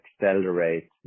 accelerate